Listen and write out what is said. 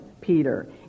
Peter